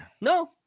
No